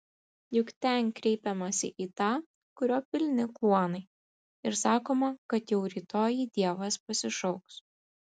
juk ten kreipiamasi į tą kurio pilni kluonai ir sakoma kad jau rytoj jį dievas pasišauks